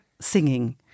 singing